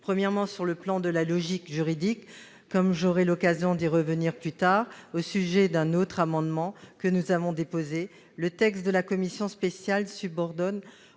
premier lieu, sur le plan de la logique juridique- j'aurai l'occasion d'y revenir plus tard, à propos d'un amendement que nous avons déposé -, le texte de la commission spéciale subordonne